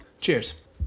Cheers